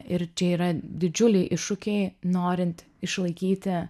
ir čia yra didžiuliai iššūkiai norint išlaikyti